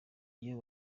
iyo